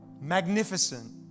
magnificent